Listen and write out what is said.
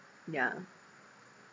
yeah